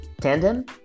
tandem